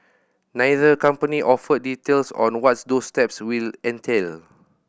neither company offered details on what those steps will entail